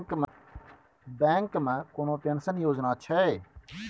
Bank मे कोनो pension योजना छै?